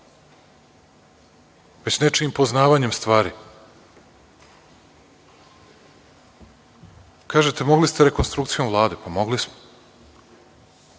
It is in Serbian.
već nečijim poznavanjem stvari. Kažete – mogli ste rekonstrukciju Vlade. Mogli smo.